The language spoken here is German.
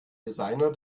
designer